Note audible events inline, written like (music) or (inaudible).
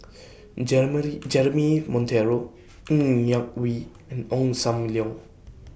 (unintelligible) Jeremy Monteiro Ng Yak Whee and Ong SAM Leong